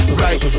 right